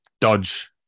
Dodge